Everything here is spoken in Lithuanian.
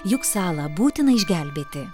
juk salą būtina išgelbėti